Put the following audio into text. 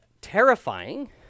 terrifying